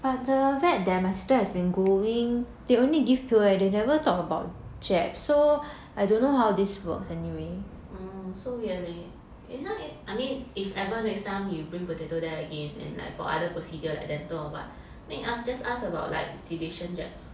orh so we have a I mean if ever next time you bring potato there again and like for other procedures like dental or what then you ask just ask about like sedation jabs